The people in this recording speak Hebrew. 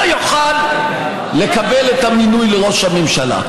לא יוכל לקבל את המינוי לראש הממשלה.